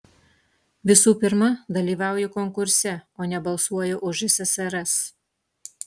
visų pirma dalyvauju konkurse o ne balsuoju už ssrs